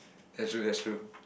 that's true that's true